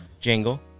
jingle